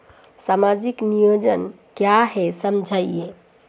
सामाजिक नियोजन क्या है समझाइए?